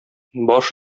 баш